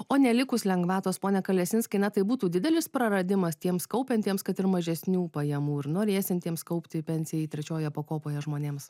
o nelikus lengvatos pone kalesinski na tai būtų didelis praradimas tiems kaupiantiems kad ir mažesnių pajamų ir norėsiantiems kaupti pensijai trečioje pakopoje žmonėms